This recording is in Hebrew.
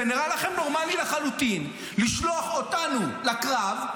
זה נראה לכם נורמלי לחלוטין לשלוח אותנו לקרב,